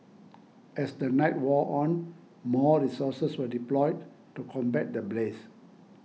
as the night wore on more resources were deployed to combat the blaze